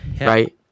right